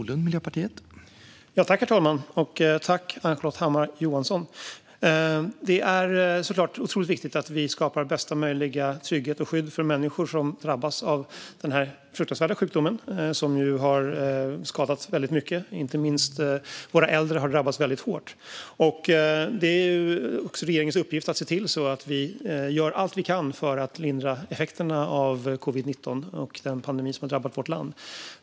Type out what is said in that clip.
Herr talman! Tack för frågan, Ann-Charlotte Hammar Johnsson! Det är otroligt viktigt att vi skapar bästa möjliga trygghet och skydd för människor som drabbas av denna fruktansvärda sjukdom, som ju har skadat väldigt mycket. Inte minst har våra äldre drabbats mycket hårt. Det är också regeringens uppgift att se till att vi gör allt vi kan för att lindra effekterna av covid-19 och den pandemi som drabbat vårt land.